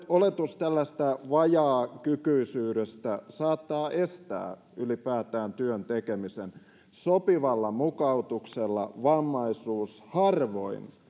oletus tällaisesta vajaakykyisyydestä saattaa estää ylipäätään työn tekemisen sopivalla mukautuksella vammaisuus harvoin